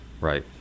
Right